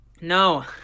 No